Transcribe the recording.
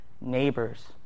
neighbors